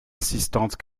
assistante